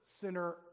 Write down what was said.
sinner